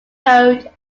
road